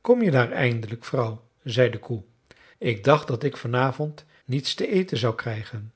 kom je daar eindelijk vrouw zei de koe ik dacht dat ik vanavond niets te eten zou krijgen